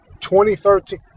2013